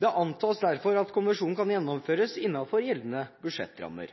Det antas derfor at konvensjonen kan gjennomføres innenfor gjeldende budsjettrammer.